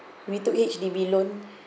we took H_D_B loan